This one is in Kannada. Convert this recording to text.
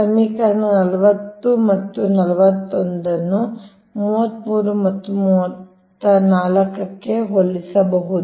ಸಮೀಕರಣ 40 ಮತ್ತು 41 ನ್ನು 33 ಮತ್ತು 34 ಕ್ಕೆ ಹೊಲಿಸಬಹುದು